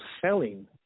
selling